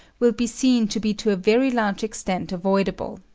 will be seen to be to a very large extent avoidable.